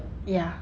ya